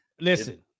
listen